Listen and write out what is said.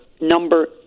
number